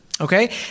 okay